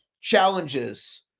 challenges